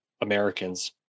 Americans